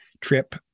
trip